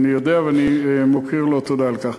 אני יודע, ואני מכיר לו תודה על כך.